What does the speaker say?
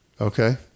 Okay